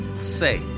Say